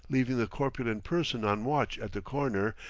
leaving the corpulent person on watch at the corner,